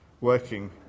working